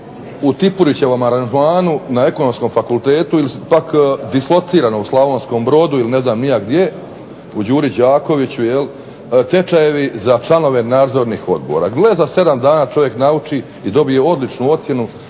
u tipurićevom aranžmanu na Ekonomskom fakultetu ili pak dislocirano u Slavonskom Brodu ili ne znam ni ja gdje u Đuri Đakoviću tečajeve za članove nadzornih odbora. Gle za 7 dana čovjek nauči i dobije odličnu ocjenu